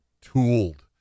tooled